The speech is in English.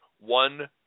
one